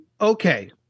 Okay